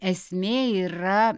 esmė yra